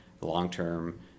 long-term